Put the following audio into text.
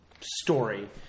story